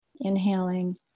Inhaling